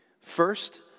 First